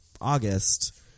August